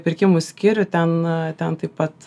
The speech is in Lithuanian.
pirkimų skyrių ten ten taip pat